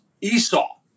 Esau